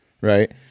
Right